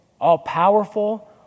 all-powerful